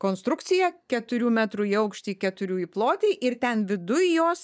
konstrukcija keturių metrų į aukštį keturių į plotį ir ten viduj jos